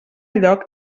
lloc